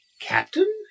Captain